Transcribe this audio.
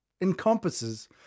encompasses